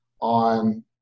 on